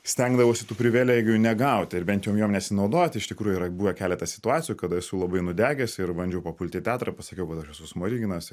stengdavausi tų privilegijų negauti ir bent jau jom nesinaudoti iš tikrųjų yra buvę keletą situacijų kada esu labai nudegęs ir bandžiau papult į teatrą pasakiau kad aš esu smoriginas